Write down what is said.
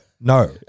No